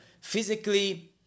physically